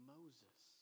Moses